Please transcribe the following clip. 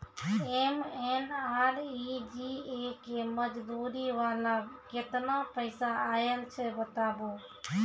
MNREGA के मज़दूरी वाला केतना पैसा आयल छै बताबू?